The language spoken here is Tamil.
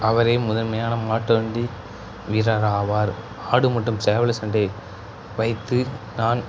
அவரே முதன்மையான மாட்டுவண்டி வீரர் ஆவார் ஆடு மட்டும் சேவலு சண்டை வைத்து நான்